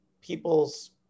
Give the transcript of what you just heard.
people's